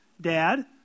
Dad